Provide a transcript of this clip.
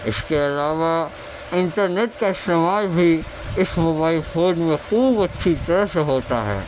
اس کے علاوہ انٹرنیٹ کا استعمال بھی اس موبائل فون میں خوب اچھی طرح سے ہوتا ہے